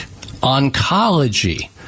oncology